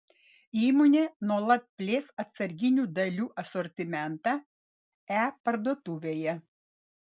įmonė nuolat plės atsarginių dalių asortimentą e parduotuvėje